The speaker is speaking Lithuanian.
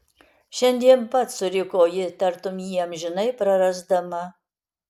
šiandien pat suriko ji tartum jį amžinai prarasdama